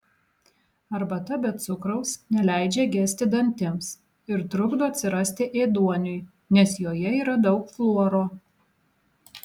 arbata be cukraus neleidžia gesti dantims ir trukdo atsirasti ėduoniui nes joje yra daug fluoro